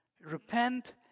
Repent